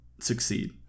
succeed